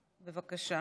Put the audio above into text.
בבקשה.